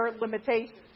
limitations